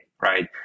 right